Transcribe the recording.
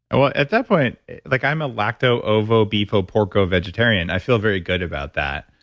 well, at that point, like i'm a lacto-ovo, beefo, porko vegetarian. i feel very good about that,